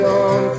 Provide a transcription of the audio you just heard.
on